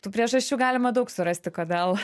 tų priežasčių galima daug surasti kodėl